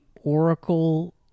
Oracle